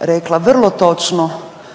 rekla vrlo točno